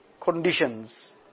conditions